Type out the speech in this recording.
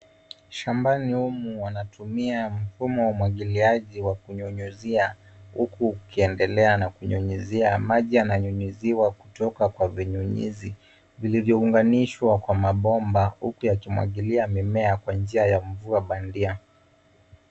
Shambani humu wanatumia mfumo wa umwagiliaji wa kunyunyizia huku ukiendelea na kunyunyizia. Maji yananyunyiziwa kutoka kwa vinyunyizi vilivyounganishwa kwa mabomba huku yakimwagilia mimea kwa njia ya mvua bandia.